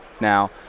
now